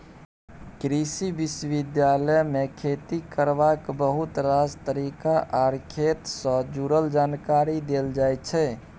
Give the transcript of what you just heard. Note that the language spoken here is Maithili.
कृषि विश्वविद्यालय मे खेती करबाक बहुत रास तरीका आर खेत सँ जुरल जानकारी देल जाइ छै